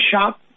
shop